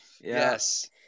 Yes